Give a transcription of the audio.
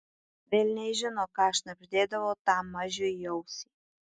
velniai žino ką šnabždėdavo tam mažiui į ausį